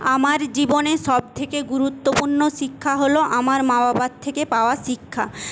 আমার জীবনে সবথেকে গুরুত্বপূর্ণ শিক্ষা হল আমার মা বাবার থেকে পাওয়া শিক্ষা